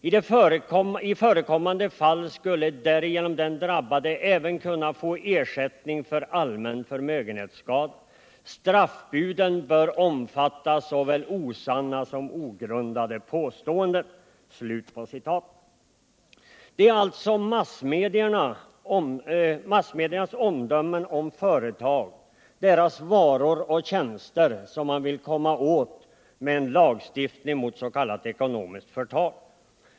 I förekommande fall skulle därigenom den drabbade även kunna få ersättning för allmän förmögenhetsskada. Straffbuden bör omfatta såväl osanna som ogrundade påståenden.” Det är alltså massmediernas omdömen om företag, deras varor och tjänster, som man vill komma åt med en lagstiftning mot s.k. ekonomiskt förtal.